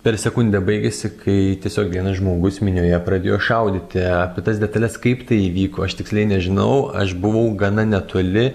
per sekundę baigiasi kai tiesiog vienas žmogus minioje pradėjo šaudyti apie tas detales kaip tai įvyko aš tiksliai nežinau aš buvau gana netoli